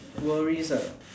worries ah